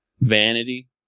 vanity